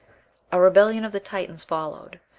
a rebellion of the titans followed.